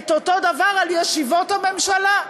את אותו דבר על ישיבות הממשלה.